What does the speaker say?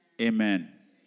Amen